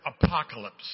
apocalypse